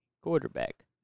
quarterback